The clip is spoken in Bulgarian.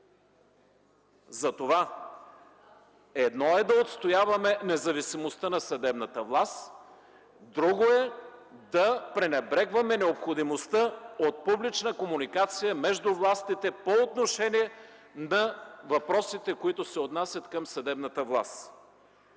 Затова едно е да отстояваме независимостта на съдебната власт, друго е да пренебрегваме необходимостта от публична комуникация между властите по отношение на въпросите, които се отнасят към съдебната власт.